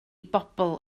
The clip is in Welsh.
bobl